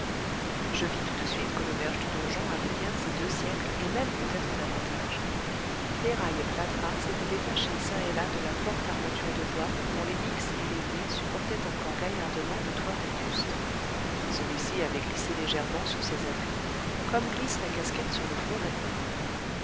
je vis tout de suite que l'auberge du donjon avait bien ses deux siècles et même peut-être davantage pierraille et plâtras s'étaient détachés çà et là de la forte armature de bois dont les x et les v supportaient encore gaillardement le toit vétuste celui-ci avait glissé légèrement sur ses appuis comme glisse la casquette sur le front d'un